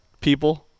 people